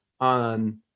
on